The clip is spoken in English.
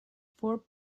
four